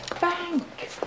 bank